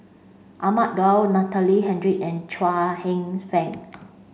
Ahmad Daud Natalie Hennedige and Chuang Hsueh Fang